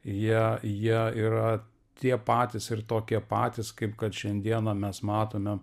jie jie yra tie patys ir tokie patys kaip kad šiandieną mes matome